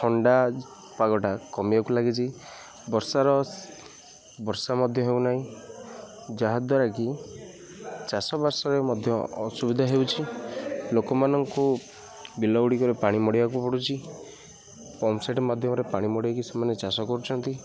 ଥଣ୍ଡା ପାଗଟା କମିବାକୁ ଲାଗିଛି ବର୍ଷାର ବର୍ଷା ମଧ୍ୟ ହେଉନାହିଁ ଯାହାଦ୍ୱାରା କି ଚାଷ ବାସରେ ମଧ୍ୟ ଅସୁବିଧା ହେଉଛି ଲୋକମାନଙ୍କୁ ବିଲ ଗୁଡ଼ିକରେ ପାଣି ମଡ଼େଇବାକୁ ପଡ଼ୁଛି ପମ୍ପସେଟ ମାଧ୍ୟମରେ ପାଣି ମଡ଼େଇକି ସେମାନେ ଚାଷ କରୁଛନ୍ତି